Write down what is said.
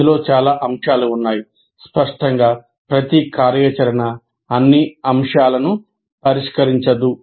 ఇందులో చాలా అంశాలు ఉన్నాయి స్పష్టంగా ప్రతి కార్యాచరణ అన్ని అంశాలను పరిష్కరించదు